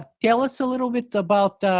ah tell us a little bit about,